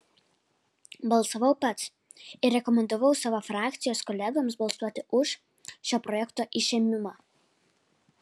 balsavau pats ir rekomendavau savo frakcijos kolegoms balsuoti už šio projekto išėmimą